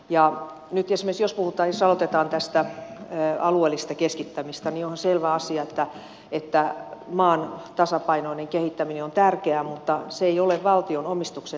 nyt esimerkiksi jos puhutaan jos aloitetaan tästä alueellisesta keskittämisestä niin onhan selvä asia että maan tasapainoinen kehittäminen on tärkeää mutta se ei ole valtion omistuksen tehtävä